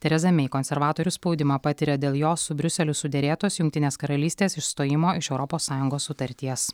tereza mei konservatorių spaudimą patiria dėl jos su briuseliu suderėtos jungtinės karalystės išstojimo iš europos sąjungos sutarties